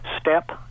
step